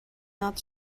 not